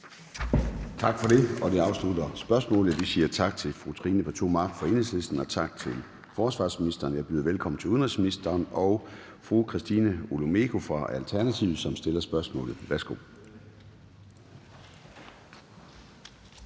Tak for det. Det afslutter spørgsmålet. Vi siger tak til fru Trine Pertou Mach fra Enhedslisten og tak til forsvarsministeren. Jeg byder velkommen til udenrigsministeren og fru Christina Olumeko fra Alternativet, som stiller spørgsmålet. Kl.